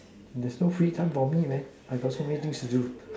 there's no free time for me man I got so many things to do